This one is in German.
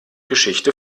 geschichte